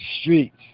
streets